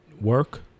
work